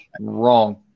wrong